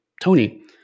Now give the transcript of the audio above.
Tony